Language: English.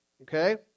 Okay